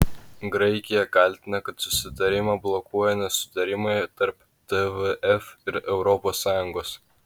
graikija kaltina kad susitarimą blokuoja nesutarimai tarp tvf ir europos sąjungos